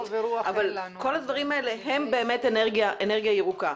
כל הדברים האלה הם אנרגיה ירוקה.